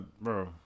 bro